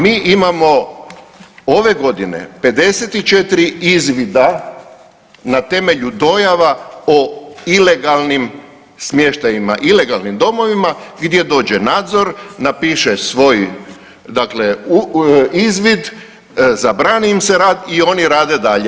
Mi imamo ove godine 54 izvida na temelju dojava o ilegalnim smještajima, ilegalnim domovima gdje dođe nadzor, napiše svoj dakle izvid, zabrani im se rad i oni rade dalje.